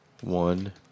One